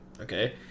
okay